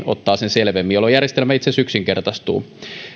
ottaa sen selvemmin jolloin järjestelmä itse asiassa yksinkertaistuu